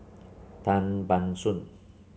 Tan Ban Soon